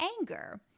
anger